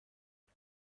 کار